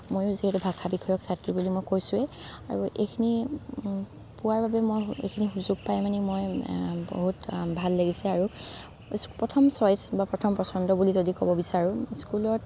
ময়ো যিহেতু ভাষা বিষয়ক ছাত্ৰী বুলি মই কৈছোৱেই আৰু এইখিনি পোৱাৰ বাবে মই এইখিনি সুযোগ পাই মই বহুত ভাল লাগিছে আৰু প্ৰথম চইছ বা প্ৰথম পচণ্ড বুলি যদি ক'ব বিচাৰো স্কুলত